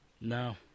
No